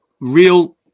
real